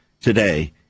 today